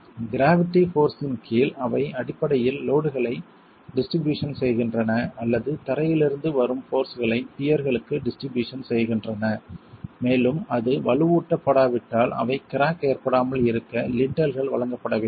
gravity force இன் கீழ் அவை அடிப்படையில் லோட்களை டிஸ்ட்ரிபியூஷன் செய்கின்றன அல்லது தரையிலிருந்து வரும் போர்ஸ்களை பியர்களுக்கு டிஸ்ட்ரிபியூஷன் செய்கின்றன மேலும் அது வலுவூட்டப்படாவிட்டால் அவை கிராக் ஏற்படாமல் இருக்க லிண்டல்கள் வழங்கப்பட வேண்டும்